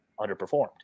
underperformed